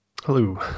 Hello